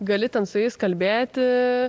gali ten su jais kalbėti